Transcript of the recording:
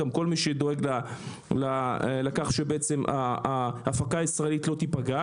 אלא כל מי שדואג לכך שההפקה הישראלית לא תיפגע.